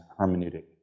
hermeneutic